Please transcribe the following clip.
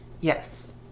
Yes